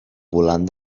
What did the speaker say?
volant